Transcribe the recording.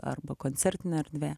arba koncertinė erdvė